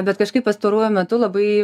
bet kažkaip pastaruoju metu labai